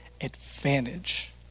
advantage